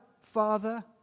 father